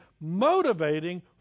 motivating